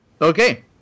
Okay